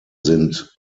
sind